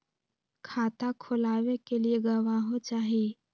खाता खोलाबे के लिए गवाहों चाही?